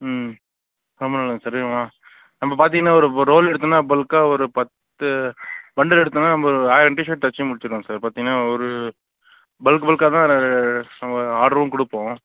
ம் ரொம்ப நல்லதுங்க சார் நம்ம பார்த்திங்கன்னா ஒரு இப்போ ஒரு ரோல் எடுத்தோம்னால் பல்க்காக ஒரு பத்து பண்டில் எடுத்தோம்னால் நம்ம ஆயிரம் டிஷர்ட் தைச்சி முடிச்சுட்லாம் சார் பார்த்திங்கன்னா ஒரு பல்க் பல்க்காக தான் நம்ம ஆடரும் கொடுப்போம்